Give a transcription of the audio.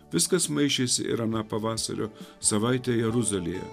viskas maišėsi ir aną pavasario savaitę jeruzalėje